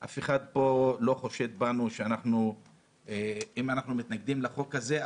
אף אחד לא חושד בנו שאם אנחנו מתנגדים לחוק הזה,